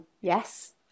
Yes